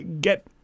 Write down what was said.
get